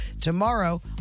tomorrow